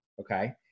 Okay